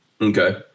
Okay